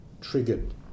triggered